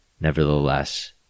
nevertheless